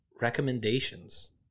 recommendations